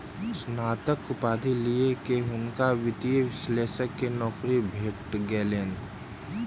स्नातक उपाधि लय के हुनका वित्तीय विश्लेषक के नौकरी भेट गेलैन